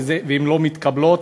והן לא מתקבלות,